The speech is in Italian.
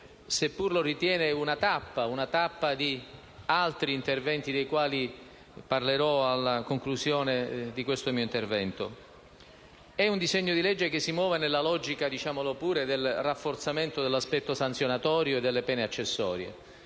seppur lo ritiene una tappa di altri interventi dei quali parlerò alla conclusione di questo mio intervento. È un disegno di legge che si muove nella logica del rafforzamento dell'aspetto sanzionatorio e delle pene accessorie.